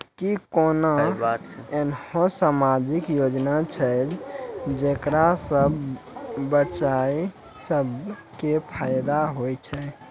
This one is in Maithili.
कि कोनो एहनो समाजिक योजना छै जेकरा से बचिया सभ के फायदा होय छै?